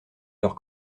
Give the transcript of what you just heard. leur